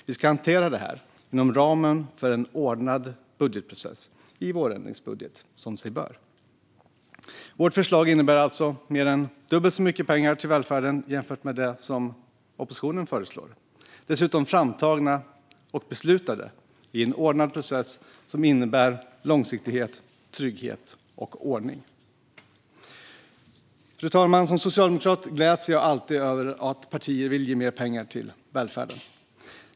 Vi ska hantera detta inom ramen för en ordnad budgetprocess - i vårändringsbudget, som sig bör. Vårt förslag innebär alltså mer än dubbelt så mycket pengar till välfärden som vad oppositionen föreslår, dessutom pengar framtagna och beslutade i en ordnad process som innebär långsiktighet, trygghet och ordning. Fru talman! Som socialdemokrat gläds jag alltid när partier vill ge mer pengar till välfärden.